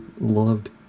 loved